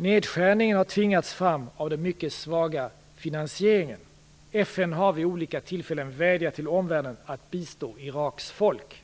Nedskärningen har tvingats fram av den mycket svaga finansieringen. FN har vid olika tillfällen vädjat till omvärlden att bistå Iraks folk.